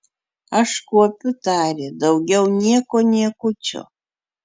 aš kuopiu tarė daugiau nieko niekučio